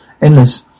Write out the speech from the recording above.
endless